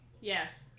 Yes